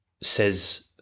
says –